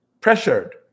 pressured